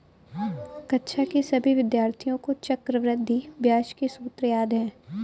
कक्षा के सभी विद्यार्थियों को चक्रवृद्धि ब्याज के सूत्र याद हैं